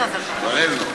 כבר אין לו.